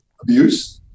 abuse